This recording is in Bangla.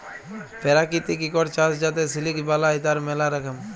পেরাকিতিক ইকট চাস যাতে সিলিক বালাই, তার ম্যালা রকম